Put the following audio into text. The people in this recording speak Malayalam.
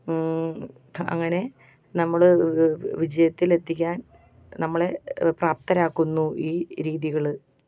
അങ്ങനെ നമ്മൾ വിജയത്തിലെത്തിക്കാൻ നമ്മളെ പ്രാപ്തരാക്കുന്നു ഈ രീതികൾ